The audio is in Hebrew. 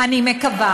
אני מקווה.